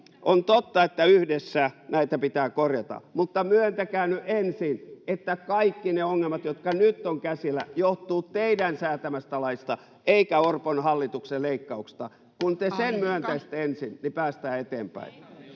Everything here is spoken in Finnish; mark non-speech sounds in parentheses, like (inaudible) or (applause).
On totta, että yhdessä näitä pitää korjata, mutta myöntäkää nyt ensin, että kaikki ne ongelmat, jotka nyt (noise) ovat käsillä, johtuvat teidän säätämästä laista eikä (noise) Orpon hallituksen leikkauksista. Kun te sen [Puhemies: Aika!] myöntäisitte ensin, niin päästäisiin eteenpäin.